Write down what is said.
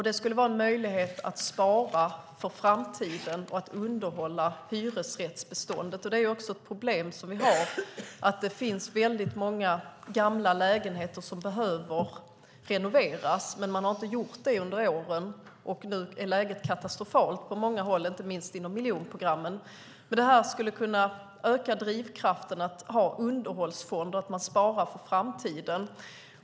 Det skulle ge möjlighet att spara för framtiden och underhålla hyresrättsbeståndet. Ett problem som vi har är att det finns väldigt många gamla lägenheter som behöver renoveras, men man har inte gjort det under åren. Nu är läget katastrofalt på många håll, inte minst inom miljonprogrammen. Det här skulle öka drivkraften att ha underhållsfonder och spara för framtiden.